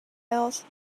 else